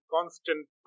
constant